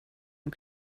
und